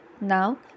Now